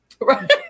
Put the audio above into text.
right